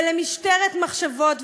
ולמשטרת מחשבות,